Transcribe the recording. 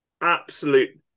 absolute